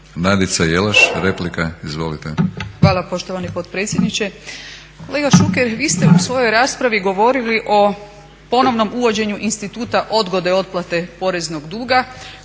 **Jelaš, Nadica (SDP)** Hvala poštovani potpredsjedniče. Kolega Šuker, vi ste u svojoj raspravi govorili o ponovnom uvođenju instituta odgode otplate poreznog duga